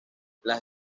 las